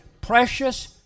precious